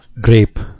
Grape